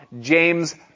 James